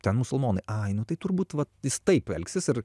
ten musulmonai ai nu tai turbūt va jis taip elgsis ir